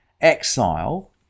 exile